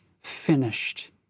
finished